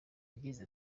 yagize